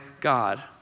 God